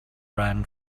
ran